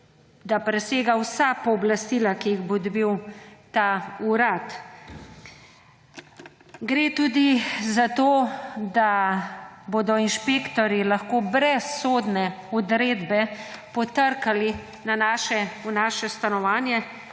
da presega vsa pooblastila, ki jih bo dobil ta urad. Gre tudi za to, da bodo inšpektorji lahko brez sodne odredbe potrkali na naše stanovanje,